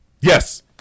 Yes